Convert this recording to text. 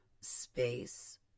space